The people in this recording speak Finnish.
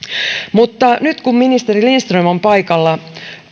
mutta nyt kun ministeri lindström on paikalla